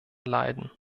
leiden